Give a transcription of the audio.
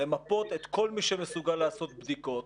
למפות את כל מי שמסוגל לעשות בדיקות,